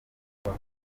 arya